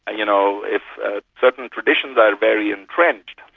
and you know if ah certain traditions are very entrenched,